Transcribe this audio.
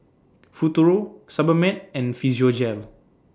Futuro Sebamed and Physiogel